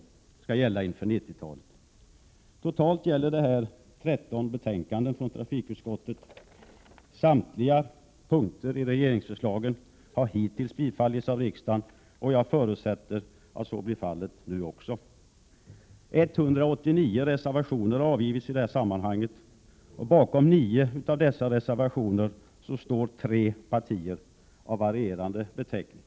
Det är fråga om totalt 13 betänkanden från trafikutskottet, och samtliga punkter i regeringsförslagen har hittills bifallits av riksdagen. Jag förutsätter att så blir fallet nu också. Det har avgivits 189 reservationer i det här sammanhanget, och bakom 9 av dessa reservationer står tre partier av varierande beteckning.